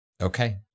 Okay